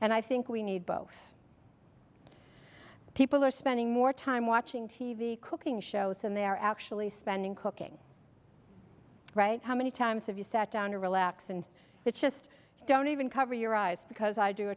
and i think we need both people are spending more time watching t v cooking shows and they're actually spending cooking right how many times have you sat down to relax and it's just don't even cover your eyes because i do